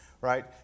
right